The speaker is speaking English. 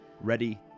ready